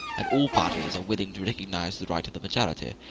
and all parties are willing to recognize the right of the majority,